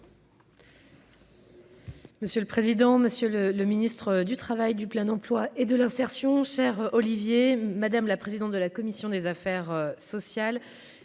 Monsieur le président, Monsieur le, le ministre du Travail du plein emploi et de l'insertion, cher Olivier, madame la présidente de la commission des affaires sociales,